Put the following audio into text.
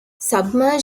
submerged